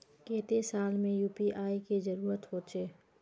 केते साल में यु.पी.आई के जरुरत होचे?